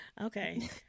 okay